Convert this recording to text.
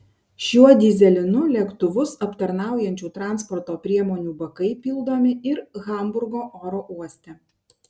šiuo dyzelinu lėktuvus aptarnaujančių transporto priemonių bakai pildomi ir hamburgo oro uoste